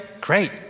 Great